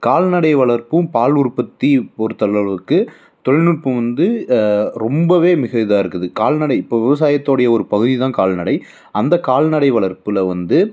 கால்நடை வளர்ப்பும் பால் உற்பத்தி பொறுத்த அளவுலலுக்கு தொழில்நுட்பம் வந்து ரொம்பவே மிக இதாக இருக்குது கால்நடை இப்போ விவசாயத்தோடைய ஒரு பகுதி தான் கால்நடை அந்த கால்நடை வளர்ப்பில் வந்து